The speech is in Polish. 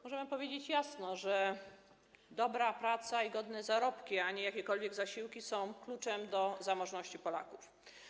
Muszę wam powiedzieć jasno, że dobra praca i godne zarobki, a nie jakiekolwiek zasiłki, są kluczem do zamożności Polaków.